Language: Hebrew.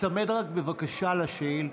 תיצמד רק, בבקשה, לשאילתה.